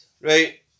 Right